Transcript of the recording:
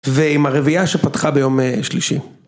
ועם הרביעייה שפתחה ביום שלישי.